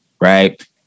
right